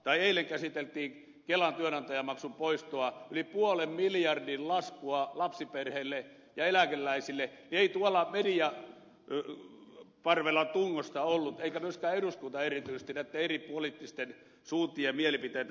tai kun eilen käsiteltiin kelan työnantajamaksun poistoa yli puolen miljardin laskua lapsiperheille ja eläkeläisille niin ei tuolla mediaparvella tungosta ollut eikä eduskunta myöskään erityisesti näitten eri poliittisten suuntien mielipiteitä tiedottanut